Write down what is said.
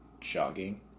jogging